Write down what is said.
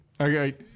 okay